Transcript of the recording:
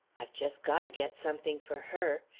i've just got to get something for her.